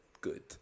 good